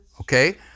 okay